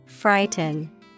Frighten